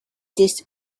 this